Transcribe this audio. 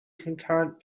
concurrent